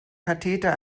katheter